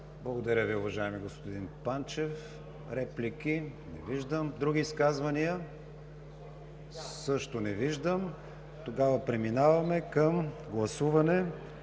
Благодаря Ви, уважаеми господин Панчев. Реплики? Не виждам. Други изказвания? Не виждам. Преминаваме към гласуване